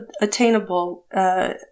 attainable